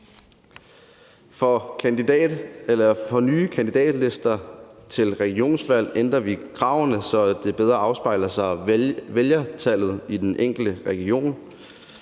For nye kandidatlister til regionsvalg ændrer vi kravene, så det bedre afspejler vælgertallet i den enkelte region.